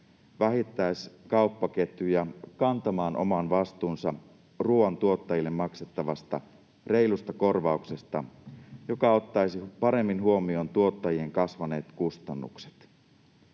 vähittäiskauppaketjuja kantamaan oman vastuunsa ruoan tuottajille maksettavasta reilusta korvauksesta, joka ottaisi paremmin huomioon tuottajien kasvaneet kustannukset.